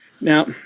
Now